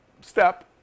step